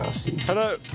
Hello